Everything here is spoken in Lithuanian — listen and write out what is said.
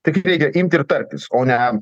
tik reikia imti ir tartis o ne